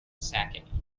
sacking